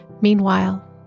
Meanwhile